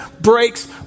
breaks